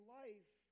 life